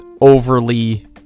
overly